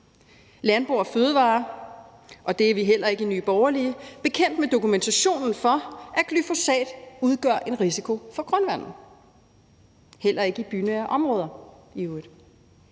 er ikke bekendt med – og det er vi heller ikke i Nye Borgerlige – dokumentationen for, at glyfosat udgør en risiko for grundvandet, i øvrigt heller ikke i bynære områder.